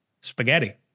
Spaghetti